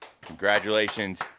Congratulations